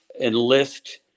enlist